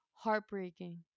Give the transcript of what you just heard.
heartbreaking